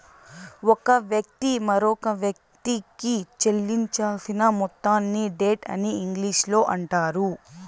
ఒక వ్యక్తి మరొకవ్యక్తికి చెల్లించాల్సిన మొత్తాన్ని డెట్ అని ఇంగ్లీషులో అంటారు